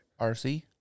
RC